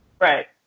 Right